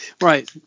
Right